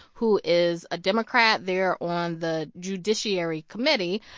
who is a democrat, there on the judiciary committee.